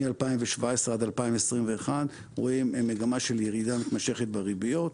מ-2017 עד 2021 רואים מגמה של ירידה מתמשכת בריביות.